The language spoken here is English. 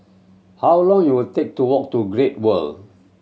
how long you will take to walk to Great World